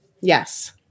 Yes